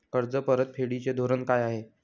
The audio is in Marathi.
कर्ज परतफेडीचे धोरण काय आहे?